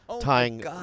tying